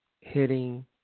hitting